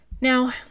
Now